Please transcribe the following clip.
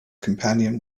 companion